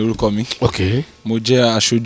Okay